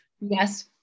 Yes